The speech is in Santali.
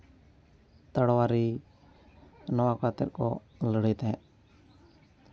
ᱛᱟᱲᱣᱟᱨᱤ ᱱᱚᱣᱟ ᱠᱚ ᱟᱛᱮᱫ ᱠᱚ ᱞᱟᱹᱲᱦᱟᱹᱭ ᱛᱟᱦᱮᱸᱫ